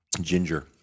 ginger